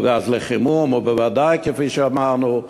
לא גז לחימום, וודאי, כפי שאמרנו,